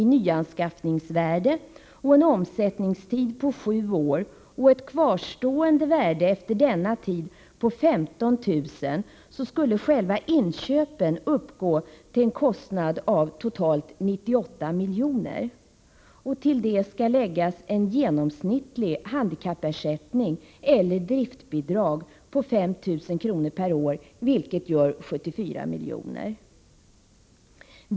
i nyanskaffningsvärde och en omsättningstid på sju år och ett kvarstående värde efter denna tid på 15 000 kr. skulle själva inköpen uppgå till en kostnad av totalt 98 miljoner. Till detta skall läggas en genomsnittlig handikappersättning eller ett driftbidrag på 5 000 kr. per år, vilket gör 74 miljoner.